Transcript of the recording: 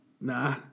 nah